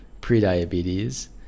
pre-diabetes